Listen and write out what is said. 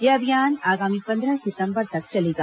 यह अभियान आगामी पंद्रह सितम्बर तक चलेगा